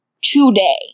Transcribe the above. today